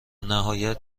نهایت